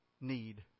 need